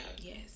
yes